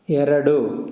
ಎರಡು